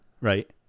Right